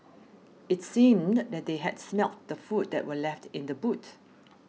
it seemed that they had smelt the food that were left in the boot